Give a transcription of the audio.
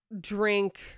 drink